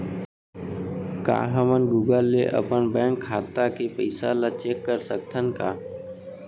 का हमन गूगल ले अपन बैंक खाता के पइसा ला चेक कर सकथन का?